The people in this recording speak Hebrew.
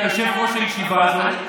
אתה יושב-ראש הישיבה הזאת,